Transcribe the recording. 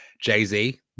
Jay-Z